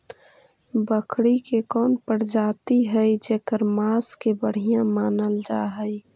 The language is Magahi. बकरी के कौन प्रजाति हई जेकर मांस के बढ़िया मानल जा हई?